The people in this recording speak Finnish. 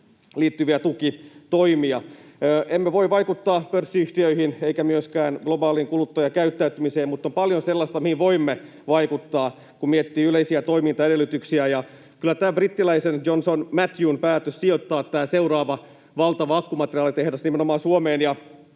liittyviä tukitoimia. Emme voi vaikuttaa pörssiyhtiöihin emmekä myöskään globaaliin kuluttajakäyttäytymiseen, mutta on paljon sellaista, mihin voimme vaikuttaa, kun miettii yleisiä toimintaedellytyksiä. Ja kyllä tämä brittiläisen Johnson Mattheyn päätös sijoittaa seuraava valtava akkumateriaalitehdas nimenomaan Suomeen